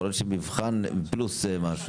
יכול להיות שמבחן פלוס משהו.